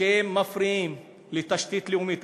שמפריעים לתשתית לאומית,